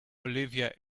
olivia